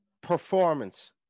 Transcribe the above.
performance